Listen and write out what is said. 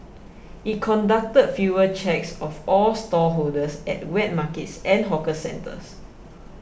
it conducted fever checks of all stallholders at wet markets and hawker centres